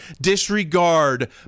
disregard